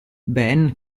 ben